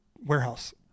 warehouse